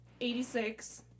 86